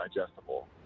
digestible